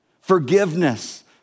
forgiveness